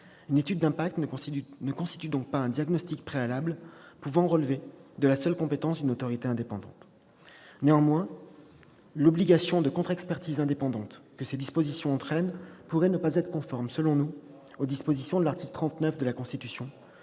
Une étude d'impact ne constitue donc pas un diagnostic préalable pouvant relever de la seule compétence d'une autorité indépendante. Néanmoins, l'obligation de contre-expertise indépendante que ces dispositions entraînent pourrait ne pas être conforme aux dispositions de l'article 39 de la Constitution.